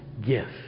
gift